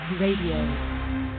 Radio